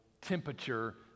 temperature